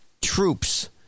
troops